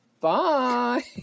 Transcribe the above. bye